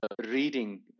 reading